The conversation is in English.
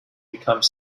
become